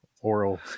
Oral